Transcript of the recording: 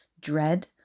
dread